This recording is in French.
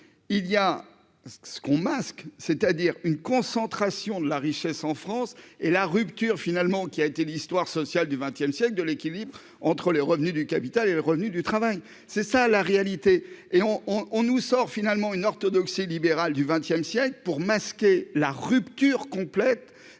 il y a ce qu'on masque, c'est-à-dire une concentration de la richesse en France et la rupture finalement qui a été l'histoire sociale du XXe siècle de l'équilibre entre les revenus du capital et les revenus du travail, c'est ça la réalité et on on nous sort finalement une orthodoxie libérale du 20ème siècle pour masquer la rupture complète